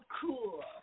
Cool